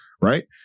right